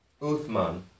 Uthman